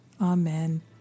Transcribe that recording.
Amen